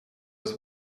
was